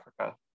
Africa